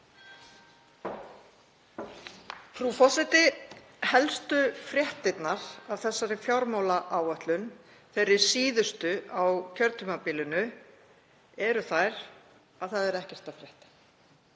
Frú forseti. Helstu fréttirnar af þessari fjármálaáætlun, þeirri síðustu á kjörtímabilinu, eru þær að það er ekkert að frétta.